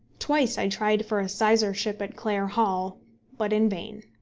twice i tried for a sizarship at clare hall but in vain.